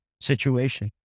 situation